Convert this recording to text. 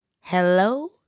Hello